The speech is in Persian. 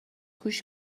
گوش